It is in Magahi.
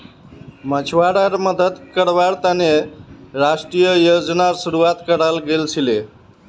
मछुवाराड मदद कावार तने राष्ट्रीय योजनार शुरुआत कराल गेल छीले